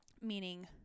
meaning